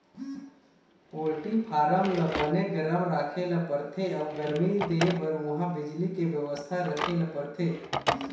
poultry farm ल बने गरम राखे ल परथे अउ गरमी देबर उहां बिजली के बेवस्था राखे ल परथे